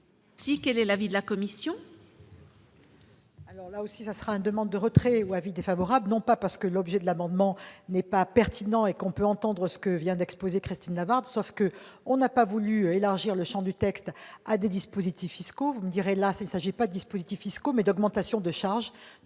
Quel est l'avis de la commission ?